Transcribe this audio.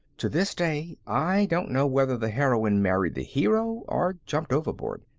to this day i don't know whether the heroine married the hero or jumped overboard.